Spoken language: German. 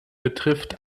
betrifft